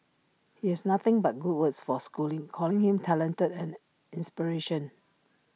he has nothing but good words for schooling calling him talented and an inspiration